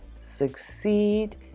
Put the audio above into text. succeed